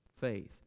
faith